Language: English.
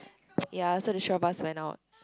ya so the three of us went out